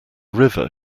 river